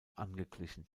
angeglichen